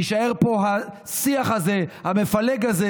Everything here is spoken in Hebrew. שיישאר פה השיח המפלג הזה,